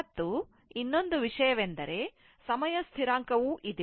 ಮತ್ತು ಇನ್ನೊಂದು ವಿಷಯವೆಂದರೆ ಸಮಯ ಸ್ಥಿರಾಂಕವೂ ಇದೆ